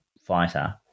fighter